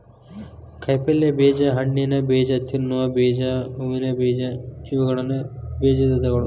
ಕಾಯಿಪಲ್ಯ ಬೇಜ, ಹಣ್ಣಿನಬೇಜ, ತಿನ್ನುವ ಬೇಜ, ಹೂವಿನ ಬೇಜ ಇವುಗಳು ಬೇಜದ ವಿಧಗಳು